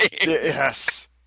Yes